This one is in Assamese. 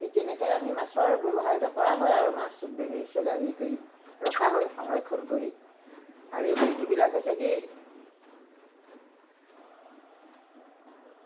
সেই তেনেকৈ আমি মাছৰ ব্যৱসায়টো কৰা হয় আৰু মাছ বেছি হেৰি কৰি ৰখা হয় সংৰক্ষণ কৰি আৰু এই বস্তুবিলাক হৈছে কি